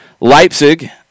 Leipzig